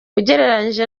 ugereranyije